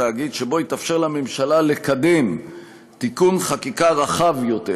התאגיד שבו יתאפשר לממשלה לקדם תיקון חקיקה רחב יותר,